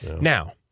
Now